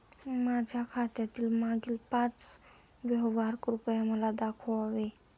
माझ्या खात्यातील मागील पाच व्यवहार कृपया मला दाखवावे